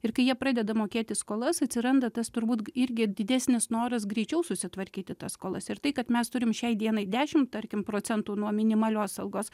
ir kai jie pradeda mokėti skolas atsiranda tas turbūt irgi didesnis noras greičiau susitvarkyti tas skolas ir tai kad mes turim šiai dienai dešimt tarkim procentų nuo minimalios algos